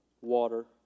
water